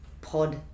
pod